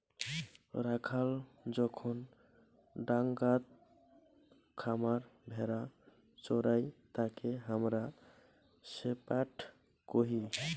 রাখাল যখন ডাঙাত খামার ভেড়া চোরাই তাকে হামরা শেপার্ড কহি